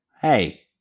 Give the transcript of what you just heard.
hey